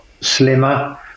slimmer